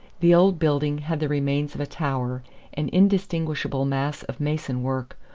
the old building had the remains of a tower an indistinguishable mass of mason-work,